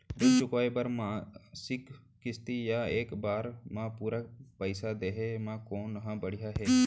ऋण चुकोय बर मासिक किस्ती या एक बार म पूरा पइसा देहे म कोन ह बढ़िया हे?